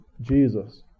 jesus